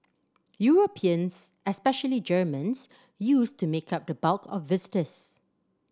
Europeans especially Germans used to make up the bulk of visitors